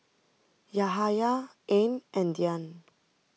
Yahaya Ain and Dian